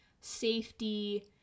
safety